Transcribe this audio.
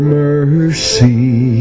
mercy